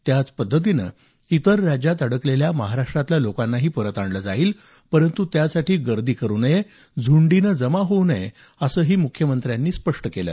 त्याचपद्धतीने इतर राज्यात अडकलेल्या महाराष्ट्रातल्या लोकांनाही परत आणले जाईल परंतु त्यासाठी गर्दी करू नये झुंडीने जमा होऊ नये असंही मुख्यमंत्र्यांनी स्पष्ट केलं